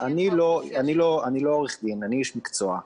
אני לא עו"ד, אני איש מקצוע.